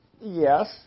Yes